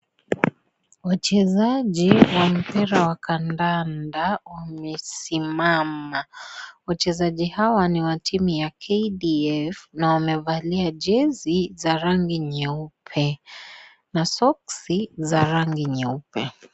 Wachezaji wa mpira wa kandanda, wamesimama, wachezaji hawa ni wa timu ya KDF na wamevalia jezi za rangi nyeupe soksi za rangi nyeupe.